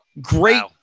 Great